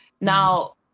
Now